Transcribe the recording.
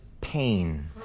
pain